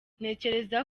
ntekereza